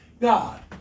God